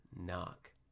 knock